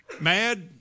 mad